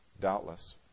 Doubtless